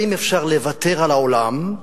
והאם אפשר לוותר על העולם.